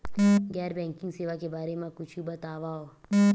गैर बैंकिंग सेवा के बारे म कुछु बतावव?